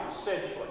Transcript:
essentially